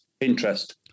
interest